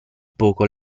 poco